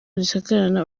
dusigarana